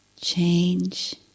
change